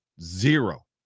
Zero